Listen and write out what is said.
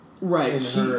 right